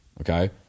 Okay